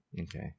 Okay